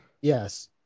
Yes